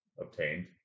obtained